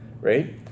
Right